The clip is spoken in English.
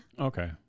Okay